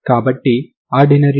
కాబట్టి C అంటే ఏమిటి